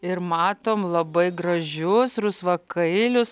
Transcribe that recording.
ir matom labai gražius rusvakailius